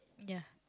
ya